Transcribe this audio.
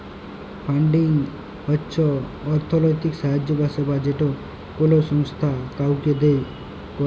funding হচ্ছ অর্থলৈতিক সাহায্য বা সেবা যেটা কোলো সংস্থা কাওকে দেন করেক